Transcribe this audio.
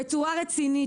בצורה רצינית,